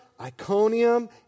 Iconium